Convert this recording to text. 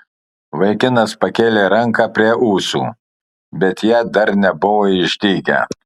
vaikinas pakėlė ranką prie ūsų bet jie dar nebuvo išdygę